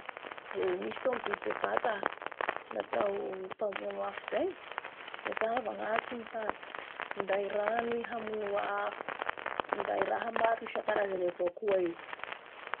Eeeee misy tomobily bevata natao mpamono afo zay mazava ngatony fa minday rano i hamonoa afo minday raha maro isakarazany avao koa i!